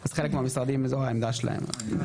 אז חלק מהמשרדים זו העמדה שלהם.